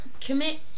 commit